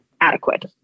adequate